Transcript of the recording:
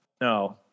no